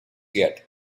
yet